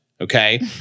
okay